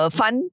fun